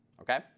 Okay